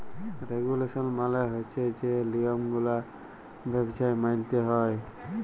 regulation মালে হছে যে লিয়মগুলা ব্যবছায় মাইলতে হ্যয়